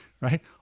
right